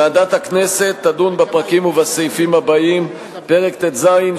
ועדת הכנסת תדון בפרקים ובסעיפים הבאים: פרק ט"ז,